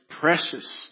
precious